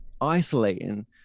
isolating